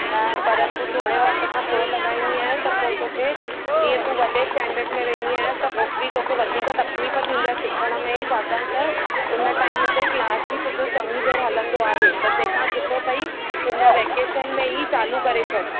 न पर तूं थोरे वक़्त खां पोइ लॻाईंदीअं त पोइ तोखे जीअं तूं वॾे स्टैंडर्ड में वेंदीअ त ओतिरी तोखे वधीक तकलीफ़ थींदईं सिखण में छाकाणि त उन टाइम ते क्लास ई तुंहिंजो चङी देरि हलंदो आहे त तहिंखां सुठो अथई हिन वैकेशन में ई चालू करे छॾि